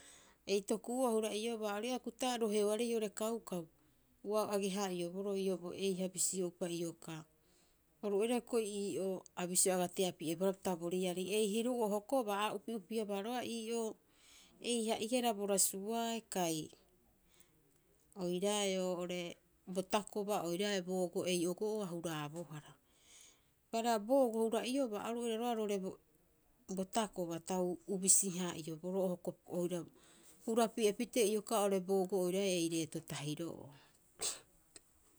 Ei toku'u'oo a hura'iobaa, ori ii'aa akukupita roeoare oo'orei kaukau, ua o age- haa'ioboroo ii'oo bo eiha bisio'upa iokaa, oru oira hioko'i ii'oo sa bisio aga tea pi'ebohara pita bo riari. Ei hiru'oo hokobaa a upi'upiebaa roga'a ii'oo eiha'ihara bo rasuaae, kai oiraae oo'ore bo takoba oiraae boogo ei ogo'oo a huraabohara. Eipaareha, boogo hura'iobaa oru oira roga'a roo'ore bo takoba tau ubisi- haa'ioboroo oira hurapi'e pitee oo'ore boogo oiraae ei reeto tahiro'oo